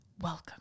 Welcome